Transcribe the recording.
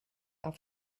auf